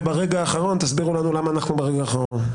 וברגע האחרון תסבירו לנו למה אנחנו ברגע האחרון.